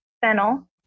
Fennel